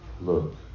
look